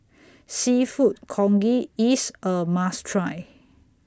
Seafood Congee IS A must Try